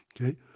okay